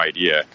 idea